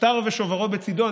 שטר ושוברו בצידו,